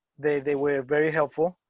they they were very helpful,